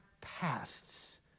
pasts